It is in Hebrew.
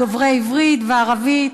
דוברי עברית וערבית,